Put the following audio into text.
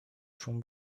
szum